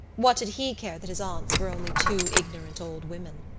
what did he care that his aunts were only two ignorant old women?